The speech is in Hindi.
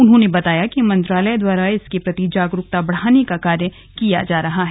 उन्होंने बताया कि मंत्रालय द्वारा इसके प्रति जागरूकता बढ़ाने का कार्य किया जा रहा है